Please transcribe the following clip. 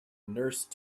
nurse